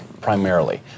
primarily